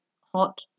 hot